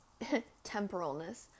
temporalness